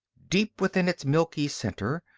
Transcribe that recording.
deep within its milky center,